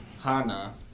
Hana